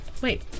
wait